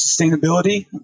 sustainability